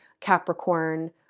Capricorn